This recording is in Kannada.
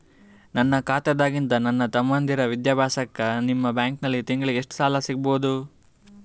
ನನ್ನ ಖಾತಾದಾಗಿಂದ ನನ್ನ ತಮ್ಮಂದಿರ ವಿದ್ಯಾಭ್ಯಾಸಕ್ಕ ನಿಮ್ಮ ಬ್ಯಾಂಕಲ್ಲಿ ತಿಂಗಳ ಎಷ್ಟು ಸಾಲ ಸಿಗಬಹುದು?